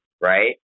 right